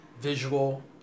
visual